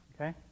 Okay